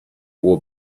will